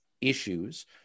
issues